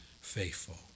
faithful